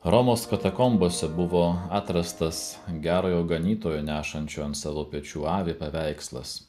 romos katakombose buvo atrastas gerojo ganytojo nešančio ant savo pečių avį paveikslas